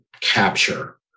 capture